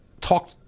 talk